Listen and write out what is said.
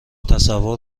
تصور